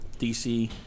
DC